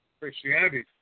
Christianity